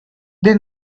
they